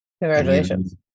Congratulations